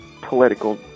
political